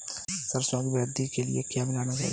सरसों की वृद्धि के लिए क्या मिलाना चाहिए?